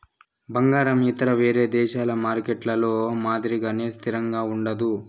బంగారం ఇతర వేరే దేశాల మార్కెట్లలో మాదిరిగానే స్థిరంగా ఉండదు